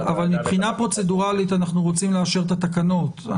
אבל מבחינה פרוצדורלית אנחנו רוצים לאשר את התקנות.